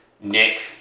Nick